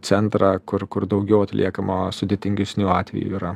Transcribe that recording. centrą kur kur daugiau atliekama sudėtingesnių atvejų yra